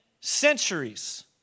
centuries